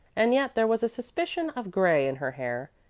and yet there was a suspicion of gray in her hair,